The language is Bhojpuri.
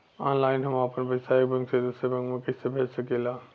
ऑनलाइन हम आपन पैसा एक बैंक से दूसरे बैंक में कईसे भेज सकीला?